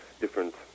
different